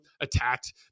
attacked